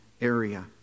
area